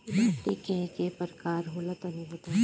माटी कै प्रकार के होला तनि बताई?